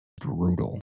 brutal